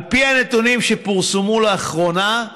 על פי הנתונים שפורסמו באחרונה,